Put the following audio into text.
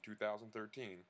2013